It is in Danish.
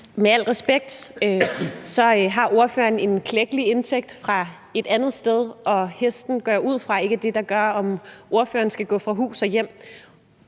med al respekt, har en klækkelig indtægt fra et andet sted, og jeg går ud fra, at salget af hesten ikke er det, der gør, om ordføreren skal gå fra hus og hjem.